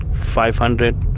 five hundred,